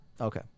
Okay